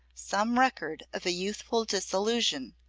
some record of a youthful disillusion,